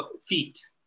feet